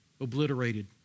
obliterated